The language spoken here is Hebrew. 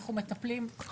אנחנו מטפלים מול האדם,